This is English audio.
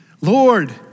Lord